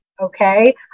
Okay